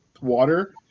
water